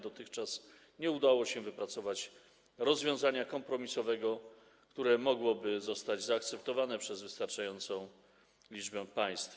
Dotychczas nie udało się wypracować rozwiązania kompromisowego, które mogłoby zostać zaakceptowane przez wystarczającą liczbę państw.